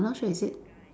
I'm not sure is it